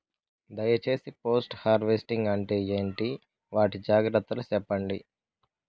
దయ సేసి post harvesting అంటే ఏంటి? వాటి జాగ్రత్తలు సెప్పండి?